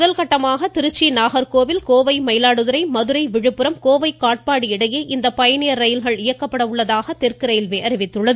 முதல்கட்டமாக திருச்சி நாகர்கோவில் கோவை மயிலாடுதுறை மதுரை விழுப்புரம் கோவை காட்பாடி இடையே இந்த பயணியர் ரயில்கள் இயக்கப்பட உள்ளதாக தெற்கு ரயில்வே அறிவித்துள்ளது